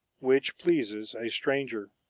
which pleases a stranger.